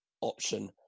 option